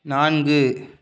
நான்கு